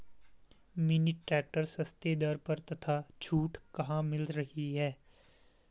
Mini tractor सस्ते दर पर तथा छूट कहाँ मिल रही है?